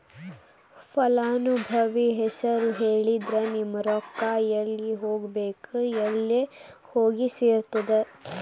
ಫಲಾನುಭವಿ ಹೆಸರು ಹೇಳಿದ್ರ ನಿಮ್ಮ ರೊಕ್ಕಾ ಎಲ್ಲಿ ಹೋಗಬೇಕ್ ಅಲ್ಲೆ ಹೋಗಿ ಸೆರ್ತದ